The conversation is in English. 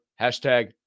hashtag